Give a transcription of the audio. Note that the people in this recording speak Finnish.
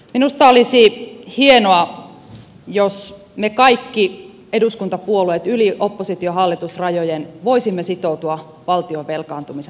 minusta olisi hienoa jos me kaikki eduskuntapuolueet yli oppositiohallitus rajojen voisimme sitoutua valtion velkaantumisen taittamiseen